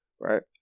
right